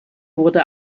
wurde